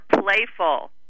playful